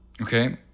Okay